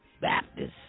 Baptists